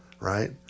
right